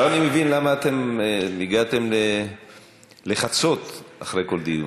עכשיו אני מבין למה הגעתם לחצות אחרי כל דיון.